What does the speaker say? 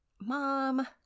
mom